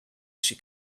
she